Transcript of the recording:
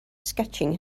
sketching